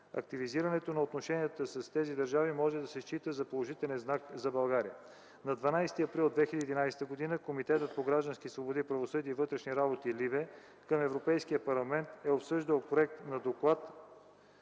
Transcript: Активизирането на отношенията с тези държави може да се счита за положителен знак за България. На 12 април 2011 г. Комитетът по граждански свободи, правосъдие и вътрешни работи към Европейския парламент е обсъждал проект на доклад